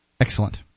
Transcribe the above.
Excellent